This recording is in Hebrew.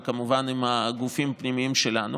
וכמובן עם הגופים הפנימיים שלנו,